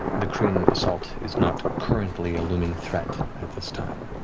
the kryn assault is not currently a looming threat at this time.